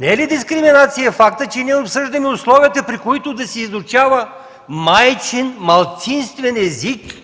Не е ли дискриминация фактът, че ние обсъждаме условията, при които да се изучава майчин малцинствен език, и